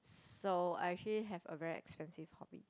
so I actually have a very expensive hobby